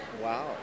Wow